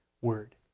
Word